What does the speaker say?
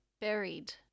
buried